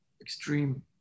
extreme